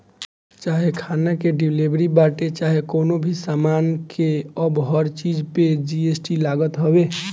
चाहे खाना के डिलीवरी बाटे चाहे कवनो भी सामान के अब हर चीज पे जी.एस.टी लागत हवे